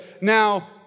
now